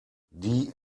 die